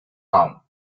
com